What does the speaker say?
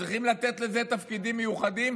צריך לתת לזה תפקידים מיוחדים.